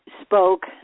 spoke